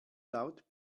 laut